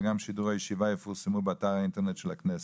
וגם שידור הישיבה יפורסמו באתר האינטרנט של הכנסת.